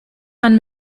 man